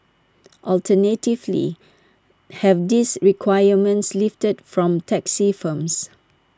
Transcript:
alternatively have these requirements lifted from taxi firms